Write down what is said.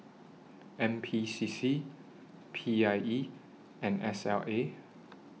N P C C P I E and S L A